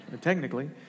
technically